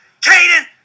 Caden